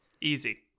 Easy